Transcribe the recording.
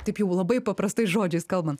tarp jau labai paprastais žodžiais kalbant